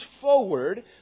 forward